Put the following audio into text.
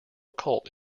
cult